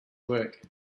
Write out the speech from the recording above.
work